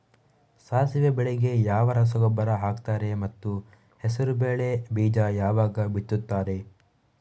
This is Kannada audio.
ಸಾಸಿವೆ ಬೆಳೆಗೆ ಯಾವ ರಸಗೊಬ್ಬರ ಹಾಕ್ತಾರೆ ಮತ್ತು ಹೆಸರುಬೇಳೆ ಬೀಜ ಯಾವಾಗ ಬಿತ್ತುತ್ತಾರೆ?